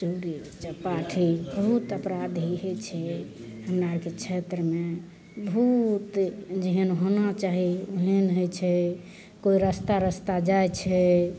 चोरी चपाटी बहुत अपराध होइ छै हमरा अरके क्षेत्रमे बहुत जेहन होना चाही ओहन होइ छै कोइ रास्ता रस्ता जाइ छै